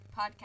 podcast